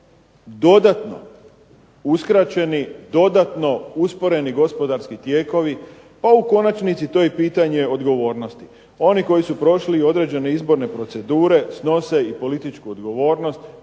dodatno uskraćeni, dodatno usporeni gospodarski tijekovi, a u konačnici to je i pitanje odgovornosti. Oni koji su prošli i određene izborne procedure snose i političku odgovornost,